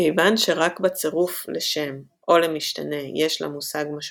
מכיוון שרק בצירוף לשם או למשתנה יש למושג משמעות,